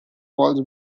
falls